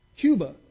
Cuba